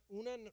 una